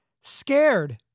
scared